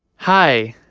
hi,